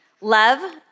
love